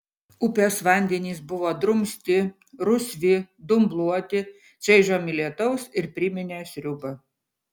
upės vandenys buvo drumsti rusvi dumbluoti čaižomi lietaus ir priminė sriubą